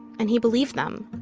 and he believed them